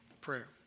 prayer